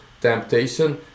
Temptation